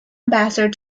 ambassador